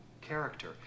character